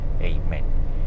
Amen